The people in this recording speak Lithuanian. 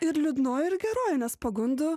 ir liūdnoji ir geroji nes pagundų